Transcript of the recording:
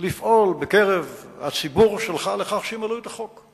לפעול בקרב הציבור שלך לכך שימלאו את החוק.